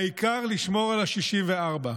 העיקר לשמור על ה-64.